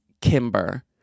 kimber